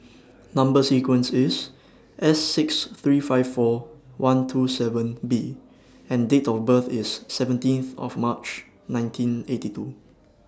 Number sequence IS S six three five four one two seven B and Date of birth IS seventeenth of March nineteen eighty two